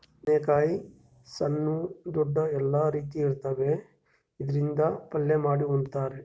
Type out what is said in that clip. ಬದ್ನೇಕಾಯಿ ಸಣ್ಣು ದೊಡ್ದು ಎಲ್ಲಾ ರೀತಿ ಇರ್ತಾವ್, ಇದ್ರಿಂದ್ ಪಲ್ಯ ಮಾಡಿ ಉಣ್ತಾರ್